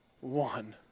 one